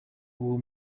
uwo